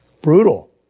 Brutal